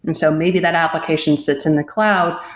and so maybe that application sits in the cloud,